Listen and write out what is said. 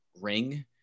ring